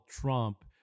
Trump